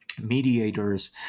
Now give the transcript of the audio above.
mediators